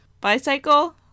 Bicycle